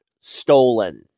stolen